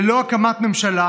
ללא הקמת ממשלה,